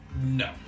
No